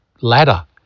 ladder